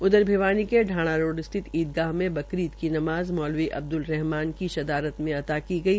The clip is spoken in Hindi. उधर भिवानी के शाणा रोड स्थित ईदगाह में बकरीद की नमाज़ मौलवी अब्द्रल रहमान की शदारत में अता की गई